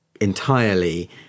entirely